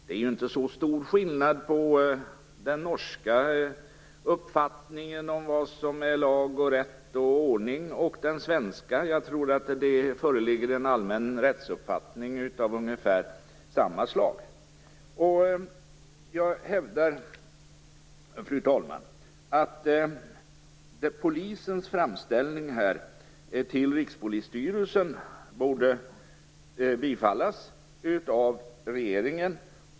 Det är inte så stor skillnad på den norska uppfattningen om vad som är lag, rätt och ordning och den svenska uppfattningen. Jag tror att det föreligger en allmän rättsuppfattning av ungefär samma slag. Jag hävdar, fru talman, att polisens framställning till Rikspolisstyrelsen borde bifallas av regeringen.